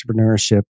Entrepreneurship